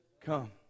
come